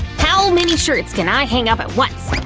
how many shirts can i hang up at once?